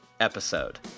episode